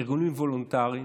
ארגונים וולונטריים,